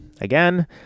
Again